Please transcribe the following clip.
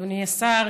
אדוני השר,